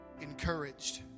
encouraged